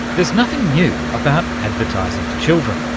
there's nothing new about advertising to children.